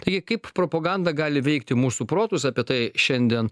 taigi kaip propaganda gali veikti mūsų protus apie tai šiandien